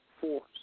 force